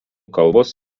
kalbos